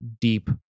deep